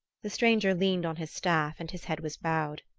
the stranger leaned on his staff and his head was bowed.